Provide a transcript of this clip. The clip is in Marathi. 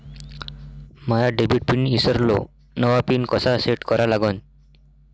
माया डेबिट पिन ईसरलो, नवा पिन कसा सेट करा लागन?